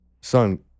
son